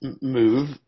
move